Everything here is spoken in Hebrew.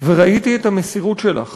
וראיתי את המסירות שלך